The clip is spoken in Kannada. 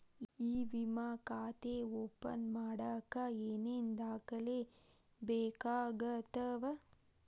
ಇ ವಿಮಾ ಖಾತೆ ಓಪನ್ ಮಾಡಕ ಏನೇನ್ ದಾಖಲೆ ಬೇಕಾಗತವ